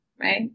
Right